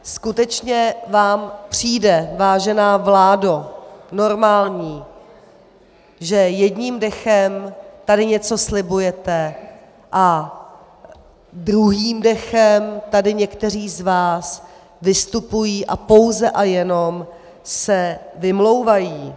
Skutečně vám přijde, vážená vládo, normální, že jedním dechem tady něco slibujete a druhým dechem tady někteří z vás vystupují a pouze a jenom se vymlouvají?